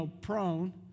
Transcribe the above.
prone